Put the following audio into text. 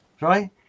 Right